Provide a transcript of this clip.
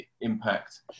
impact